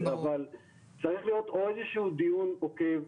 אבל צריך להיות או איזה שהוא דיון עוקב,